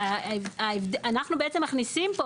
אנחנו בעצם מכניסים פה,